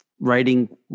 writing